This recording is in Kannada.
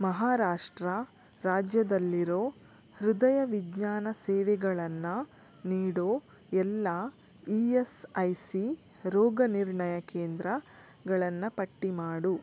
ಮಹಾರಾಷ್ಟ್ರ ರಾಜ್ಯದಲ್ಲಿರೋ ಹೃದಯ ವಿಜ್ಞಾನ ಸೇವೆಗಳನ್ನು ನೀಡೋ ಎಲ್ಲ ಇ ಎಸ್ ಐ ಸಿ ರೋಗನಿರ್ಣಯ ಕೇಂದ್ರಗಳನ್ನು ಪಟ್ಟಿಮಾಡು